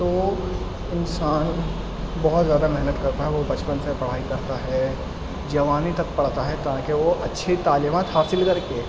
تو انسان بہت زیادہ محنت کرتا ہے وہ بچپن سے پڑھائی کرتا ہے جوانی تک پڑھتا ہے تاکہ وہ اچھی تعلیمات حاصل کر کے